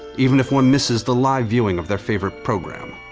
even if one misses the live viewing of their favorite program,